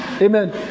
Amen